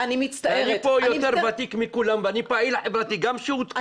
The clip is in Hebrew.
ואני פה יותר ותיק מכולם ואני פעיל חברתי גם שהותקף,